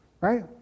right